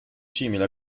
simile